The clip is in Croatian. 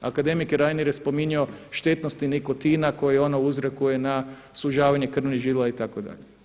Akademik Reiner je spominjao štetnosti nikotina koje ona uzrokuje na sužavanje krvnih žila itd.